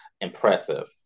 impressive